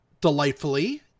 delightfully